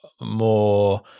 more